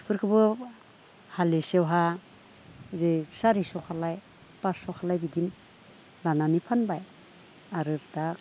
बेफोरखौबो हालिसेयावहाय ओरै सारिस' खालाय फासस' खालाइ बिदि लानानै फानबाय आरो दा